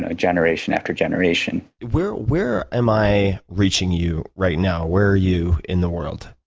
ah generation after generation. where where am i reaching you right now? where are you in the world?